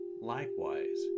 likewise